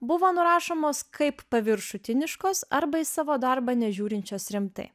buvo nurašomos kaip paviršutiniškos arba į savo darbą nežiūrinčios rimtai